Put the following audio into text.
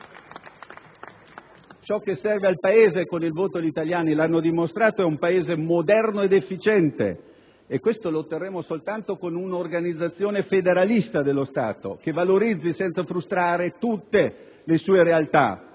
Ciò che serve all'Italia - e con il voto gli italiani lo hanno dimostrato - è un Paese moderno ed efficiente e questo lo otterremo soltanto con un'organizzazione federalista dello Stato, che valorizzi, senza frustrare, tutte le sue realtà,